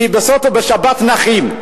כי בשבת נחים.